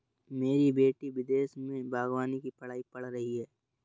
मेरी बेटी विदेश में बागवानी की पढ़ाई पढ़ रही है